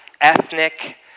ethnic